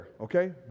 okay